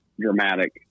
dramatic